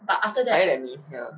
higher than me ya